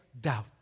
doubt